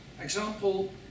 Example